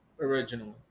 originally